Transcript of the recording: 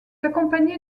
accompagnée